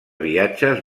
viatges